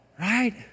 Right